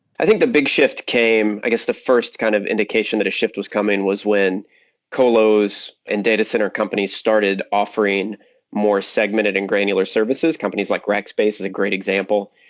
i think the big shift came i guess the first kind of indication that a shift was coming was when colos and data center companies started offering more segmented and granular services, companies like rackspace is a great example.